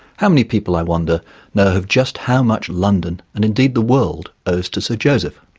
how many people i wonder know of just how much london, and indeed the world, owes to sir joseph?